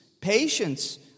patience